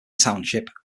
township